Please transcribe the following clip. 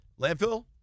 Landfill